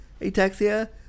ataxia